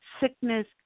sickness